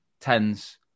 tens